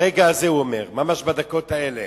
ברגע הזה, הוא אומר, ממש בדקות האלה,